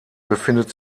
befindet